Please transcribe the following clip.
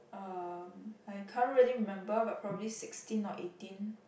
uh I can't really remember but probably sixteen or eighteen